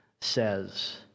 says